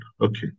Okay